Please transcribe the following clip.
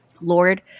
Lord